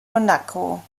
monaco